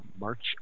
March